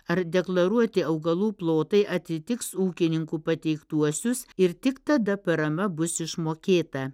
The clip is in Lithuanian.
ar deklaruoti augalų plotai atitiks ūkininkų pateiktuosius ir tik tada parama bus išmokėta